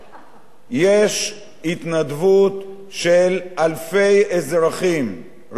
יש התנדבות של אלפי אזרחים, רבבות,